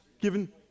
given